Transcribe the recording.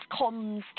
comms